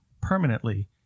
permanently